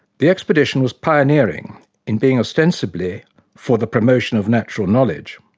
the expedition was pioneering in being ostensibly for the promotion of natural knowledge.